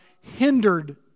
hindered